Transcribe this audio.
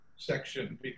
section